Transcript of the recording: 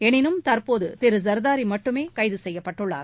எனினும் தற்போது திரு ஜர்தாரி மட்டுமே கைது செய்யப்பட்டுள்ளார்